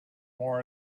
more